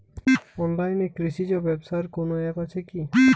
অনলাইনে কৃষিজ ব্যবসার কোন আ্যপ আছে কি?